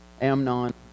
Amnon